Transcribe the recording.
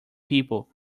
people